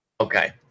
Okay